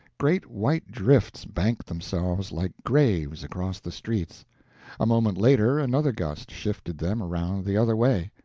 great white drifts banked themselves like graves across the streets a moment later another gust shifted them around the other way,